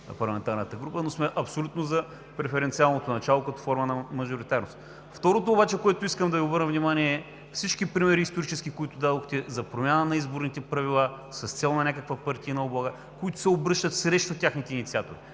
от парламентарната група, но сме абсолютно за преференциалното начало като форма на мажоритарност. Второто, на което искам да Ви обърна внимание, е за всички исторически примери, които дадохте, за промяна на изборните правила с цел на някаква партийна облага, които се обръщат срещу техните инициатори.